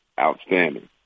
outstanding